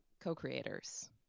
co-creators